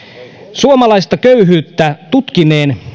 suomalaista köyhyyttä tutkineen